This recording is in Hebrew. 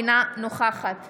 אינה נוכחת